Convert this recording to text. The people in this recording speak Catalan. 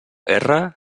erra